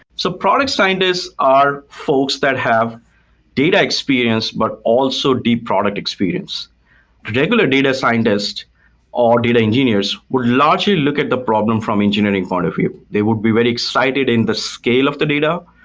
so product scientists are folks that have data experience, but also deep product experience particular data scientist or data engineers would largely look at the problem from engineering point of view they would be very excited in the scale of the data,